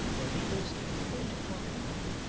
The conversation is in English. their leaders took the way to clerkenwell,